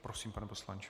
Prosím, pane poslanče.